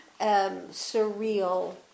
surreal